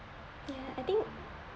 ya I think